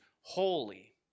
holy